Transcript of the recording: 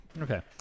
Okay